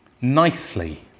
Nicely